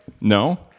No